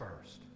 first